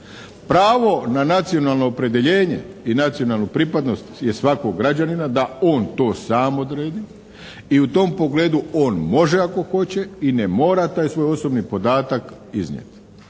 Pravo na nacionalno opredjeljenje i nacionalnu pripadnost je svakog građanina da on to sam odredi i u tom pogledu on može ako hoće i ne mora taj svoj osobni podatak iznijeti.